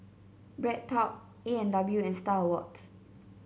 BreadTalk A and W and Star Awards